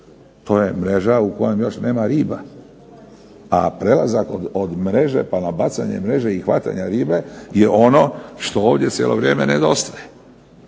To je mreža u kojoj nema riba. A prelazak od mreže, pa bacanje mreže i hvatanje ribe je ono što ovdje cijelo vrijeme nedostaje